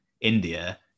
India